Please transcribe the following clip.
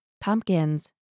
pumpkins